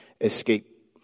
escape